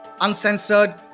uncensored